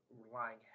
relying